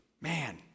Man